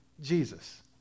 Jesus